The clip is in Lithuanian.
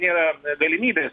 nėra galimybės